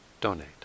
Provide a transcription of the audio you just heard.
donate